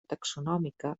taxonòmica